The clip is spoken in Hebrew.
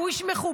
הוא איש מכובד,